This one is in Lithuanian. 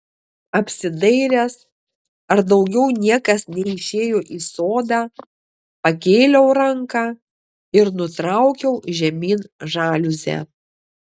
apsidairęs ar daugiau niekas neišėjo į sodą pakėliau ranką ir nutraukiau žemyn žaliuzę